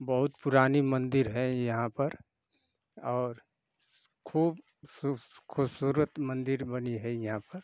बहुत पुरानी मंदिर है यहाँ पर और खूब खूबसूरत मंदिर बनी है यहाँ पर